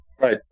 Right